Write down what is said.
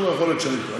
יכול להיות שאני טועה.